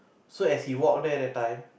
so as he walk there that time